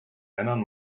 männern